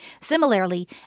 Similarly